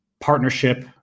partnership